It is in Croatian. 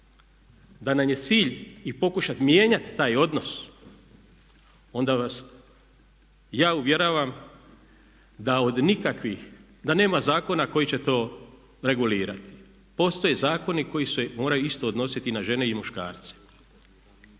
da nam je cilj i pokušati mijenjati taj odnos onda vas ja uvjeravam da nema zakona koji će to regulirati. Postoje zakoni koji se moraju isto odnositi na žene i muškarce.